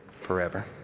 forever